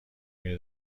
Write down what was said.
میره